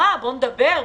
בוא נדבר,